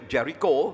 Jericho